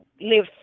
live